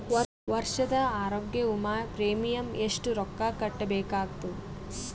ವರ್ಷದ ಆರೋಗ್ಯ ವಿಮಾ ಪ್ರೀಮಿಯಂ ಎಷ್ಟ ರೊಕ್ಕ ಕಟ್ಟಬೇಕಾಗತದ?